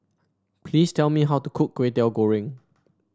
please tell me how to cook Kway Teow Goreng